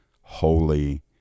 holy